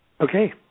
Okay